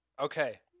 Okay